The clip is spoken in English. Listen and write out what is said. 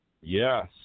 Yes